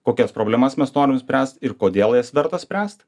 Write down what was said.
kokias problemas mes norim spręst ir kodėl jas verta spręst